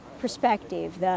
perspective